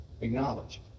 acknowledge